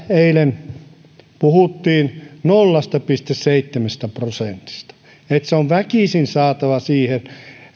eilen täällä puhuttiin nolla pilkku seitsemästä prosentista että se on väkisin saatava siihen